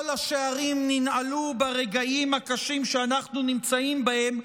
כל השערים ננעלו ברגעים הקשים שאנחנו נמצאים בהם,